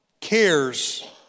cares